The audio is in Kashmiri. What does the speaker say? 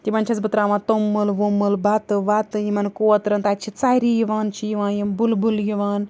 تِمَن چھیٚس بہٕ ترٛاوان توٚمُل ووٚمُل بَتہٕ وَتہٕ یِمَن کوترَن تَتہِ چھِ ژَرِ یِوان چھِ یِوان یِم بُلبُل یِوان